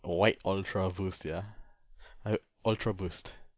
white ultraboost ya ah ultraboost